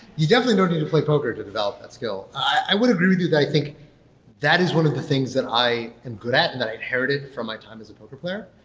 you definitely don't need to play poker to develop that skill. i would agree with you that i think that is one of the things that i am good at and that inherited from my time as a poker player.